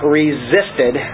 resisted